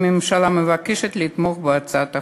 והממשלה מבקשת לתמוך בהצעת החוק.